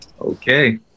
Okay